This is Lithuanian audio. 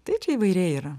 tai čia įvairiai yra